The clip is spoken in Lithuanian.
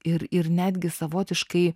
ir ir netgi savotiškai